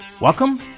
Welcome